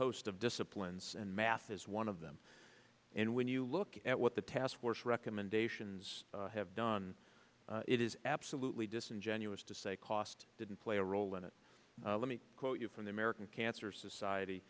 host of disciplines and math is one of them and when you look at what the task force recommendations have done it is absolutely disingenuous to say cost didn't play a role in it let me quote you from the american cancer society